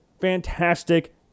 fantastic